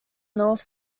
north